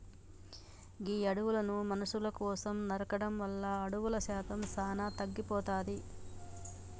గీ అడవులను మనుసుల కోసం నరకడం వల్ల అడవుల శాతం సానా తగ్గిపోతాది